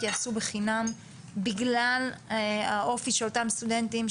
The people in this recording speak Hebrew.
ייעשו בחינם בגלל האופי של אותם סטודנטים,